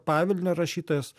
pavilnio rašytojas